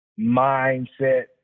mindset